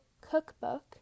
cookbook